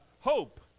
Hope